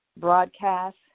broadcast